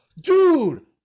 dude